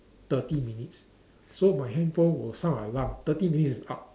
thirty minutes so my handphone will sound an alarm thirty minutes is up